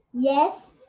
Yes